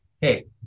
hey